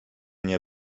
nie